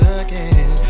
again